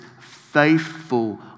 faithful